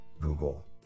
Google